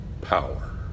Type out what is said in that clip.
power